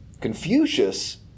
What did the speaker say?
Confucius